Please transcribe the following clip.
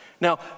Now